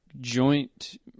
joint